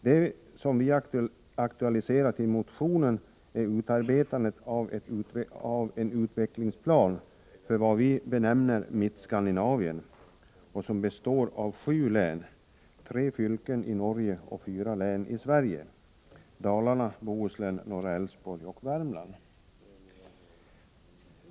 Det som vi aktualiserat i motionen är utarbetandet av en utvecklingsplan för vad vi benämner Mittskandinavien och som består av sju län — tre fylken i Norge och fyra län i Sverige: Dalarna, Bohuslän, norra Älvsborg och Värmland.